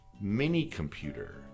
mini-computer